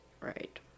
Right